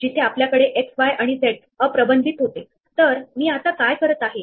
आता तिथून मी कुठे पोहोचू शकेल असे स्क्वेअर अन्वेषण करणे मला गरजेचे आहे